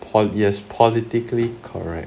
pol~ yes politically correct